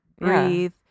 breathe